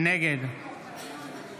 נגד